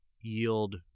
yield